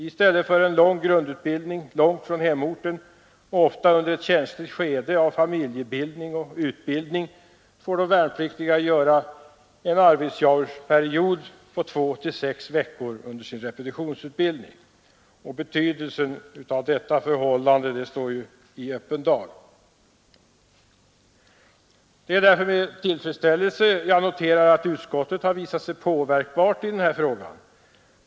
I stället för en lång grundutbildning långt från hemorten, ofta under ett känsligt skede av familjebildning och utbildning, får de värnpliktiga göra en Arvidsjaurperiod på två—sex veckor under sin repetitionsutbildning. Betydelsen härav ligger i öppen dag. Det är med tillfredsställelse jag noterar att utskottet har visat sig påverkbart i denna fråga.